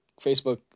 Facebook